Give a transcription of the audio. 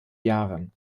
jahren